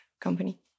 company